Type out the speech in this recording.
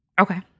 Okay